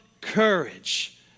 courage